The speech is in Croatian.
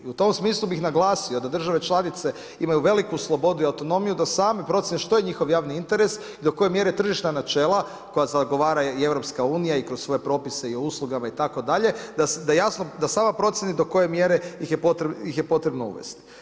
I u tom smislu bi naglasio, da države članice imaju veliku slobodu i autonomiju, da same procjene što je njihov javni interes i do koje mjere tržišna načela, koja zagovara i EU i kroz svoje propise i o uslugama itd. da jasno, da sama procjeni do koje mjere ih je potrebno uvesti.